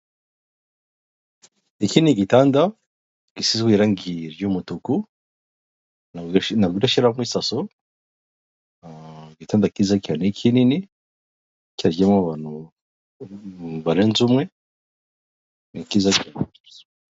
Iki ni igitanda gisizwe irangi ry'umutuku nagarashiramo isaso, igitanda kize cyane ni kinini cyaryamo abantu barenze umwe ni cyiza cyane.